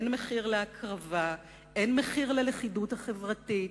אין מחיר להקרבה, אין מחיר ללכידות החברתית,